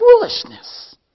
foolishness